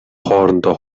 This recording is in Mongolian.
хоорондоо